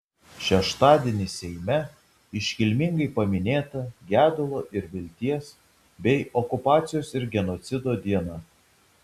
šeštadienį seime iškilmingai paminėta gedulo ir vilties bei okupacijos ir genocido diena